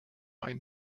einen